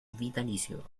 vitalicio